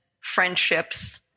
friendships